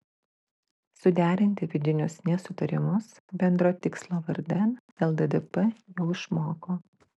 suderinti vidinius nesutarimus bendro tikslo vardan lddp jau išmoko